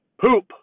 poop